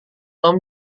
tom